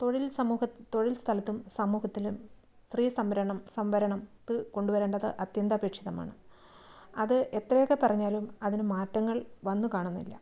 തൊഴിൽ സമൂഹ തൊഴിൽ സ്ഥലത്തും സമൂഹത്തിലും സ്ത്രീ സംവ്രണം സംവരണം ത് കൊണ്ടുവരണ്ടത് അത്യന്താപേക്ഷിതമാണ് അത് എത്രയൊക്കെ പറഞ്ഞാലും അതിന് മാറ്റങ്ങൾ വന്നു കാണുന്നില്ല